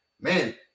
man